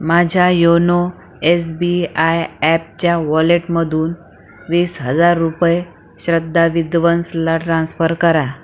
माझ्या YONO SBI ॲपच्या वॉलेटमधून वीस हजार रुपये श्रद्धा विद्वंसला ट्रान्स्फर करा